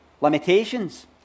limitations